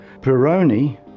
Peroni